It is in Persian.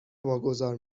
واگذار